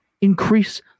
increase